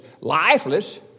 lifeless